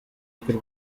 bw’u